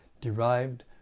derived